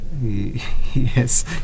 Yes